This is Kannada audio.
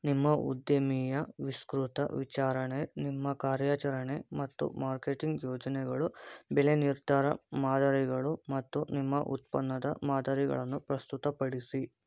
ನಿಮ್ಮ ಉದ್ಯಮಿಯ ವಿಸ್ತೃತ ವಿಚಾರಣೆ ನಿಮ್ಮ ಕಾರ್ಯಾಚರಣೆ ಮತ್ತು ಮಾರ್ಕೆಟಿಂಗ್ ಯೋಜನೆಗಳು ಬೆಲೆ ನಿರ್ಧಾರ ಮಾದರಿಗಳು ಮತ್ತು ನಿಮ್ಮ ಉತ್ಪನ್ನದ ಮಾದರಿಗಳನ್ನು ಪ್ರಸ್ತುತಪಡಿಸಿ